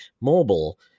Mobile